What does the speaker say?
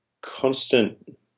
constant